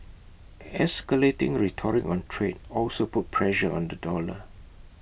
escalating rhetoric on trade also put pressure on the dollar